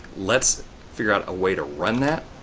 let's figure out a way to run that.